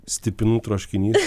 stipinų troškinys